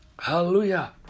Hallelujah